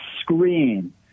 screen